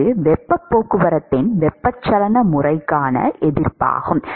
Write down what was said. இது வெப்பப் போக்குவரத்தின் வெப்பச்சலன முறைக்கான எதிர்ப்பாகும்